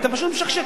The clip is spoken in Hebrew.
אתם פשוט משקשקים,